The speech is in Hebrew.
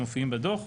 הם מופיעים בדוח,